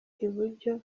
iburyo